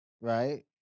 right